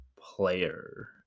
player